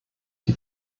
die